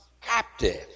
captive